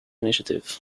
initiative